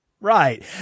Right